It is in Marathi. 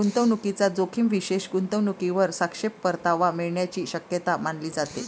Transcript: गुंतवणूकीचा जोखीम विशेष गुंतवणूकीवर सापेक्ष परतावा मिळण्याची शक्यता मानली जाते